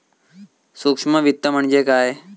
सूक्ष्म वित्त म्हणजे काय?